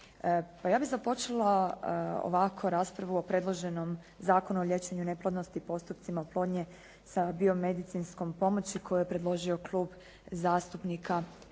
Pa ja bih započela ovako raspravu o predloženom Zakonu o liječenju neplodnosti i postupcima oplodnje sa biomedicinskom pomoći koju je predložio Klub zastupnika